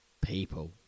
people